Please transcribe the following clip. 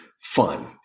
fun